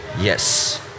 yes